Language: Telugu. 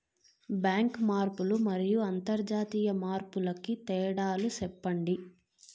బ్యాంకు మార్పులు మరియు అంతర్జాతీయ మార్పుల కు తేడాలు సెప్పండి?